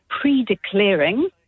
pre-declaring